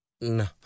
no